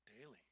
daily